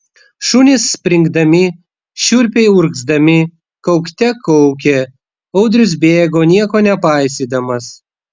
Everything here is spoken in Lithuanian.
šunys springdami šiurpiai urgzdami kaukte kaukė audrius bėgo nieko nepaisydamas